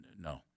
no